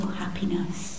happiness